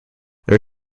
there